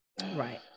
Right